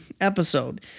episode